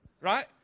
right